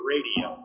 Radio